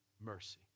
mercy